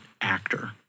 actor